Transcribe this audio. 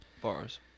Bars